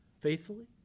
faithfully